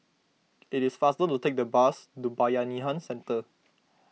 it is faster to take the bus to Bayanihan Centre